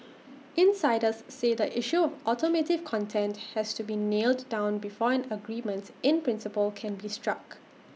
insiders say the issue of automotive content has to be nailed down before an agreement in principle can be struck